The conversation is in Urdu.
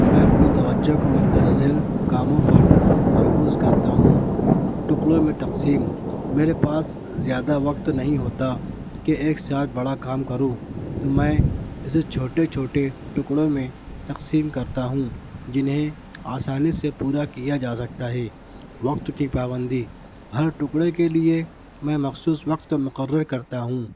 میں اپنی توجہ کو مندرجہ ذیل کاموں پر مرکوز کرتا ہوں ٹکڑوں میں تقسیم میرے پاس زیادہ وقت نہیں ہوتا کہ ایک ساتھ بڑا کام کروں تو میں اسے چھوٹے چھوٹے ٹکڑوں میں تقسیم کرتا ہوں جنہیں آسانی سے پورا کیا جا سکتا ہے وقت کی پابندی ہر ٹکڑے کے لیے میں مخصوص وقت مقرر کرتا ہوں